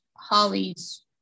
Holly's